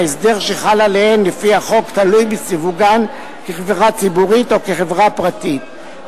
ההסדר שחל עליהן לפי החוק תלוי בסיווגן כחברה ציבורית או כחברה פרטית,